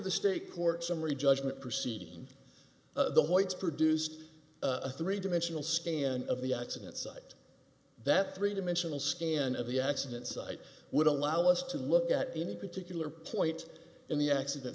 the state court summary judgment proceed the whites produced a three dimensional scan of the accident site that three dimensional scan of the accident site would allow us to look at any particular point in the accident